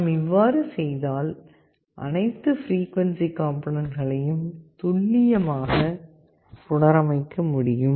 நாம் இவ்வாறு செய்தால் அனைத்து பிரிக்குவன்சி காம்போனன்ட்ககளையும் துல்லியமாக புனரமைக்க முடியும்